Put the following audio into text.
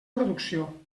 producció